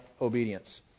obedience